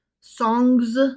songs